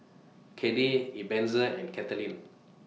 Cade Ebenezer and Katelin